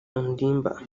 ondimba